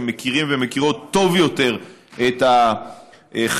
שמכירים ומכירות טוב יותר את החברה,